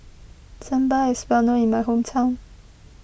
Sambar is well known in my hometown